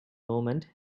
movement